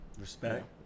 Respect